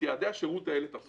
כל